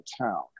town